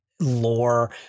Lore